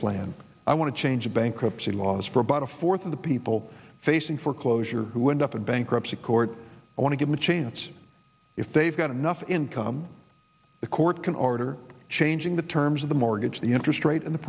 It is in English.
plan i want to change bankruptcy laws for about a fourth of the people facing foreclosure who end up in bankruptcy court i want to give him a chance if they've got enough income the court can order changing the terms of the mortgage the interest rate on the